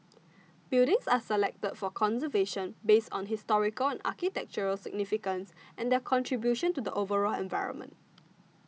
buildings are selected for conservation based on historical and architectural significance and their contribution to the overall environment